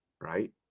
right